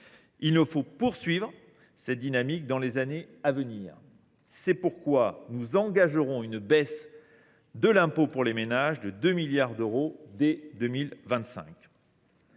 Il nous faut poursuivre cette dynamique dans les années à venir. C’est pourquoi nous engagerons une baisse de l’impôt pour les ménages de 2 milliards d’euros dès 2025.